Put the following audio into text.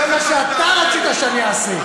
זה מה שאתה רצית שאני אעשה.